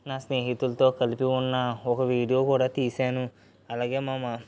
నా స్నేహితులతో కలిసి ఉన్న ఒక వీడియో కూడా తీసాను అలాగే మా మ